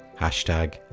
hashtag